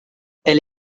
elle